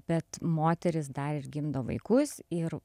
bet moteris dar ir gimdo vaikus ir